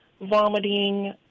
vomiting